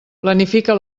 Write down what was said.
planifica